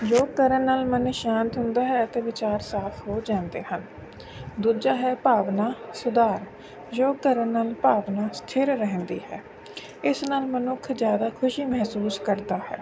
ਯੋਗ ਕਰਨ ਨਾਲ ਮਨ ਸ਼ਾਂਤ ਹੁੰਦਾ ਹੈ ਅਤੇ ਵਿਚਾਰ ਸਾਫ ਹੋ ਜਾਂਦੇ ਹਨ ਦੂਜਾ ਹੈ ਭਾਵਨਾ ਸੁਧਾਰ ਯੋਗ ਕਰਨ ਨਾਲ ਭਾਵਨਾ ਸਥਿਰ ਰਹਿੰਦੀ ਹੈ ਇਸ ਨਾਲ ਮਨੁੱਖ ਜ਼ਿਆਦਾ ਖੁਸ਼ੀ ਮਹਿਸੂਸ ਕਰਦਾ ਹੈ